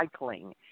recycling